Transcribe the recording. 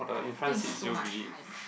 I think it's too much hype